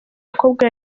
mukobwa